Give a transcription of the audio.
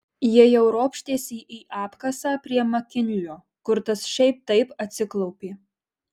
jie jau ropštėsi į apkasą prie makinlio kur tas šiaip taip atsiklaupė